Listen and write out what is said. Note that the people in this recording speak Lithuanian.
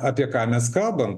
apie ką mes kabam